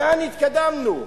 לאן התקדמנו.